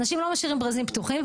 אנשים לא משאירים ברזים פתוחים,